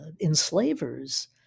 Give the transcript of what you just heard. enslavers